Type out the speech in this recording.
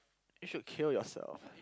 you should kill yourself